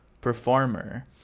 performer